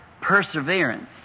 Perseverance